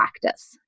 practice